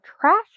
trash